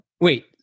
wait